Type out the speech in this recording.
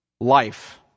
life